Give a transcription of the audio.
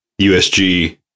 USG